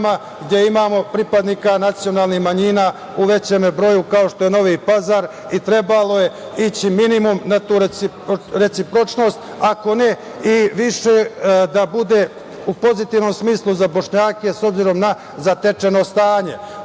gde imamo pripadnika nacionalnih manjina u većem broju, kao što je Novi Pazar. Trebalo je ići minimum na tu recipročnost, ako ne i više da bude u pozitivnom smislu za Bošnjake, s obzirom na zatečeno stanje. Ovo